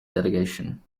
delegation